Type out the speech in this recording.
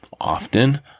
often